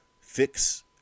fix